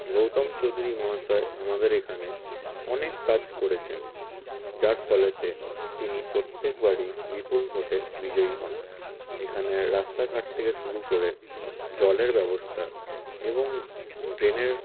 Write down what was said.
গৌতম চৌধুরী মহাশয় আমাদের এইখানে অনেক কাজ করেছেন যার ফলেতে তিনি প্রত্যেকবারই বিপুল ভোটে বিজয়ী হন এখানে রাস্তাঘাট থেকে শুরু করে জলের ব্যবস্থা এবং ড্রেনের